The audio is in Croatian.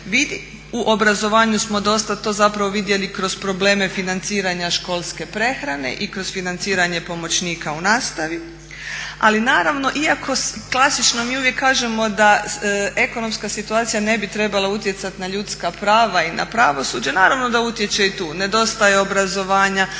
U obrazovanju smo dosta to zapravo vidjeli kroz probleme financiranja školske prehrane i kroz financiranje pomoćnika u nastavi ali naravno iako klasično mi uvijek kažemo da ekonomska situacija ne bi trebala utjecat na ljudska prava i na pravosuđe, naravno da utječe i tu, nedostaje obrazovanja,